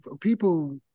people